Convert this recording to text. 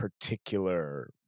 particular